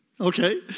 Okay